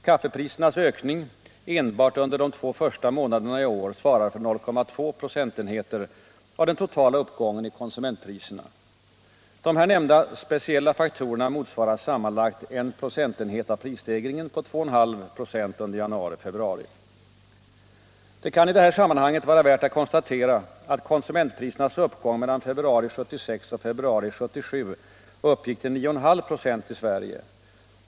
Kaffeprisernas ökning enbart under de två första månaderna i år svarar för 0,2 procentenheter av den totala uppgången i konsumentpriserna. De här nämnda speciella faktorerna motsvarar sammanlagt 1 procentenhet av prisstegringen på 2,5 96 under januari och februari. Det kan i detta sammanhang vara värt att konstatera att konsument prisernas uppgång mellan februari 1976 och februari 1977 uppgick till 9,5 96 i Sverige.